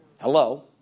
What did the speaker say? Hello